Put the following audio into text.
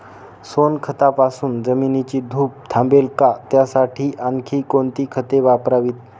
सोनखतापासून जमिनीची धूप थांबेल का? त्यासाठी आणखी कोणती खते वापरावीत?